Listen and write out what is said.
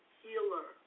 healer